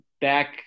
back